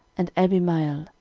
and abimael,